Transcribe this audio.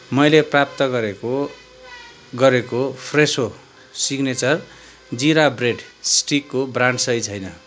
मैले प्राप्त गरेको गरेको फ्रेसो सिग्नेचर जिरा ब्रेड स्टिकको ब्रान्ड सही छैन